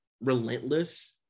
relentless